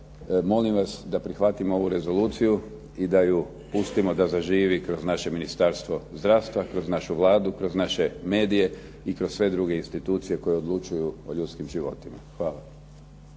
molim vas da prihvatimo ovu rezoluciju i da ju pustimo da zaživi kroz naše Ministarstvo zdravstva, kroz našu Vladu, kroz naše medije i kroz sve druge institucije koje odlučuju o ljudskim životima. Hvala.